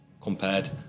compared